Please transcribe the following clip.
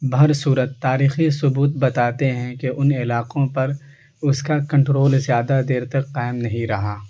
بہر صورت تاریخی ثبوت بتاتے ہیں کہ ان علاقوں پر اس کا کنٹرول زیادہ دیر تک قائم نہیں رہا